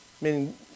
meaning